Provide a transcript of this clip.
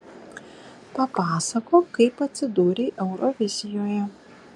papasakok kaip atsidūrei eurovizijoje